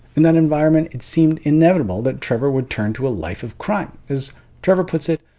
in that environment it seemed inevitable that trevor would turn to a life of crime. as trevor puts it,